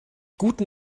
guten